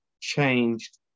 changed